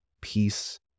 peace